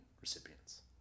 recipients